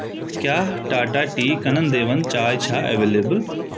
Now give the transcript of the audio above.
کیٛاہ ٹاٹا ٹی کَنن دیوَن چاے چھا ایویلیبل